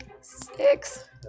Six